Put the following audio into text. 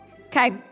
Okay